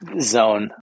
zone